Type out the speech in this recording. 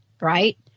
right